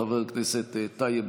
וחבר הכנסת טייב,